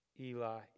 Eli